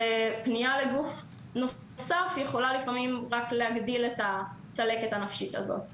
ופנייה לגוף נוסף יכולה רק להגדיל את הצלקת הנפשית הזאת לפעמים.